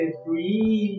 three